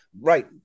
Right